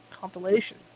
compilation